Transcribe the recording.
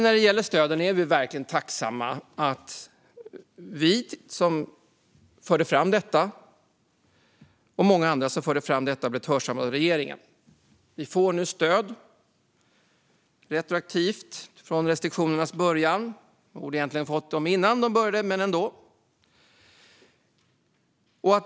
När det gäller stöden är vi verkligen tacksamma att vi, och många andra, som förde fram detta har blivit hörsammade av regeringen. Man får nu stöd retroaktivt från restriktionernas början. Man borde egentligen ha fått det innan de började, men ändå.